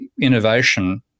innovation –